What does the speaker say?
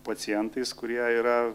pacientais kurie yra